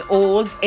old